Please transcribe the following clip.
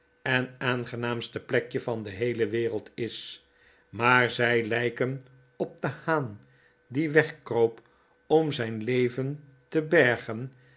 en aangenaamste plekje van de heele wereld is maar zij lijken op den haan die wegkroop om zijn leven te bergen